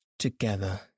together